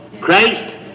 Christ